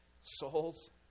souls